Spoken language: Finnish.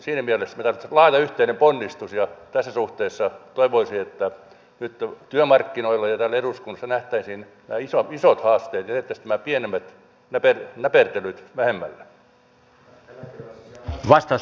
siinä mielessä me tarvitsemme laajan yhteisen ponnistuksen ja tässä suhteessa toivoisin että nyt työmarkkinoilla ja täällä eduskunnassa nähtäisiin nämä isot haasteet ja jätettäisiin nämä pienemmät näpertelyt vähemmälle